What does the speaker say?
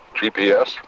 GPS